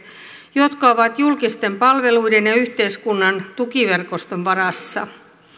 jotka ovat julkisten palveluiden ja yhteiskunnan tukiverkoston varassa